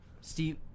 Steve